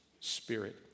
spirit